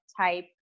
type